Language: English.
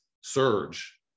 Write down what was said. surge